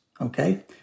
Okay